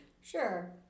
Sure